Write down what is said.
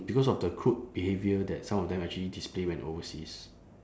because of the crude behaviour that some of them actually display when overseas